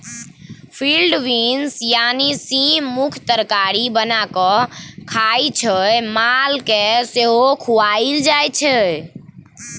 field beans यानी सीम मनुख तरकारी बना कए खाइ छै मालकेँ सेहो खुआएल जाइ छै